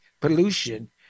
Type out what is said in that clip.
pollution